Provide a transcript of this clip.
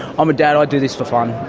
i'm a dad i do this for fun.